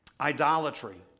Idolatry